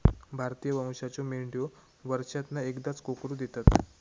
भारतीय वंशाच्यो मेंढयो वर्षांतना एकदाच कोकरू देतत